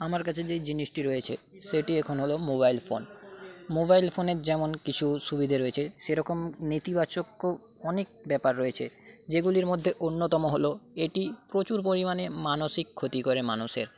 আমার কাছে যে জিনিসটি রয়েছে সেটি এখন হল মোবাইল ফোন মোবাইল ফোনের যেমন কিছু সুবিধে রয়েছে সেরকম নেতিবাচকও অনেক ব্যাপার রয়েছে যেগুলির মধ্যে অন্যতম হলো এটি প্রচুর পরিমাণে মানসিক ক্ষতি করে মানুষের